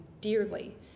dearly